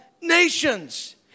nations